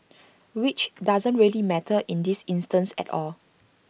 which doesn't really matter in this instance at all